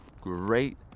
great